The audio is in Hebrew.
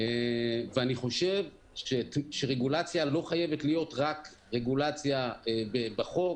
ואני חושב שרגולציה לא חייבת להיות רק רגולציה בחוק